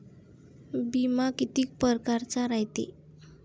बिमा कितीक परकारचा रायते?